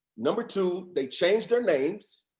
number two, they changed their names.